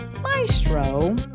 maestro